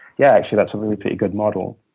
yeah, actually, that's a really pretty good model.